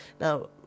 now